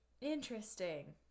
Interesting